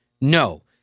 No